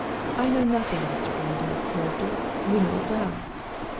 i know nothing of mr. armadale's character you know it well.